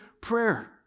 prayer